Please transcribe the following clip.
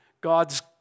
God's